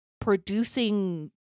producing